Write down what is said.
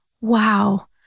Wow